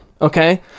Okay